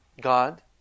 God